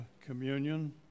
communion